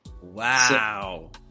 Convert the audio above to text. wow